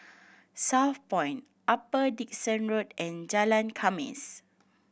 Southpoint Upper Dickson Road and Jalan Khamis